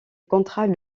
contrat